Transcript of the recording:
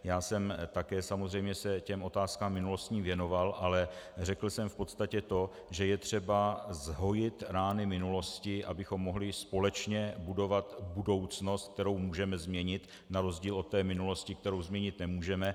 Já jsem se samozřejmě také těm otázkám minulostním věnoval, ale řekl jsem v podstatě to, že je třeba zhojit rány minulosti, abychom mohli společně budovat budoucnost, kterou můžeme změnit na rozdíl od té minulosti, kterou změnit nemůžeme.